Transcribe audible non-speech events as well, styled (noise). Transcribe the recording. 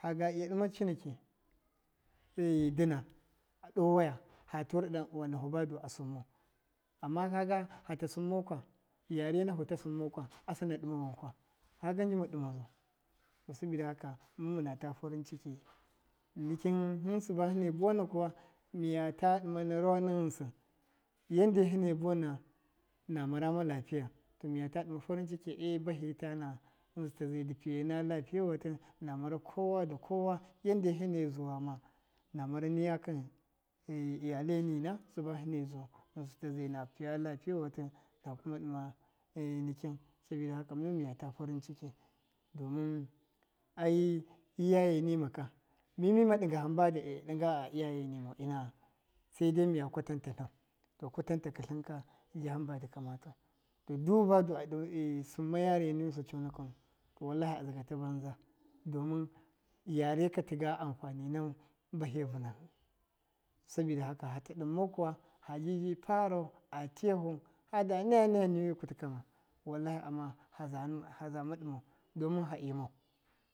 Faga iya dɨma ciniki ɗe waya fa tura daniuwanafu badu a sɨmmau, ama kaga fata sɨmmokwa yare mafuta sɨnmokwa asɨma ɗɨma wankwa kaga njɨma ɗɨmazau sabida haka mɨm mɨna ta farin ciki, nikin hɨn sɨbane buwana kuwa miyata-ɗɨmana miyata rawa na ghɨnsɨ yande hɨne buwa nan a marama lapiya to miyata ɗɨma farɨn cɨkɨ e bahɨ tana ghɨnsɨ taze dipiye na lapiye watɨ na mara kowa da kowa yande hɨne zuwa ma, na mara niya kan (hesitation) iyale mina sɨba hɨne zuwau ghɨnsɨ ta ze na piya lapiye wati na kuwa ɗɨma (hesitation) nikɨn sabida haka mɨn mɨnata farin ciki domin ai iyaye nima ka, mi mima ɗɨnga hamba dɨ iya ɗɨnga a iyaye nimau inaa sede miya kwatanta tlɨn, to kwatatatlɨn ka ji hamba dɨ kamatau, dubadu a (hesitation) sɨnma yare nusɨ conakɨnu to wallahɨ a dzɨgata bamdza domɨn yare ka tɨga ampanɨ nan bahɨ vɨnahɨ sabida haka fata ɗɨnmau kuwa fajibi parau a tiyafu fada naya naya niwi kutɨ kama wallahɨ amama ha- haza ma ɗɨmau domɨn fa imau